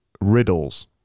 riddles